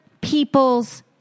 people's